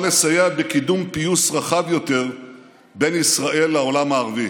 לסייע בקידום פיוס רחב יותר בין ישראל לעולם הערבי,